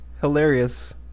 hilarious